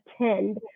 attend